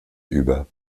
über